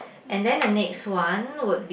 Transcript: and then the next one would